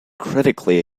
critically